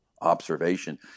observation